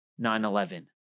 9-11